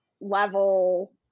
level